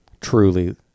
truly